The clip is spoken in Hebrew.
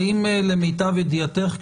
האם למיטב ידיעתך,